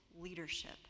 leadership